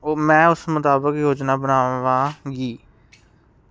ਮੈਂ ਉਸ ਮੁਤਾਬਕ ਯੋਜਨਾ ਬਣਾਵਾਂਗੀ